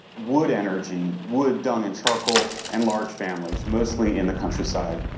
wood energy, wood, dung and charcoal, and large families, mostly in the countryside.